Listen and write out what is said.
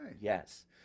Yes